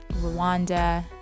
Rwanda